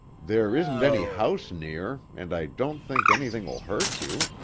there isn't any house near, and i don't think anything will hurt you.